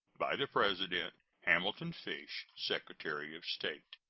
by the president hamilton fish, secretary of state.